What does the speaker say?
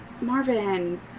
Marvin